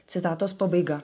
citatos pabaiga